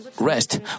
rest